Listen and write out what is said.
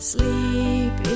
Sleep